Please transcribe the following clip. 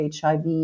HIV